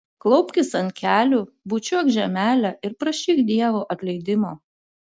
klaupkis ant kelių bučiuok žemelę ir prašyk dievo atleidimo